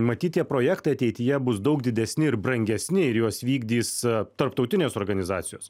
matyt tie projektai ateityje bus daug didesni ir brangesni ir juos vykdys tarptautinės organizacijos